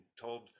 told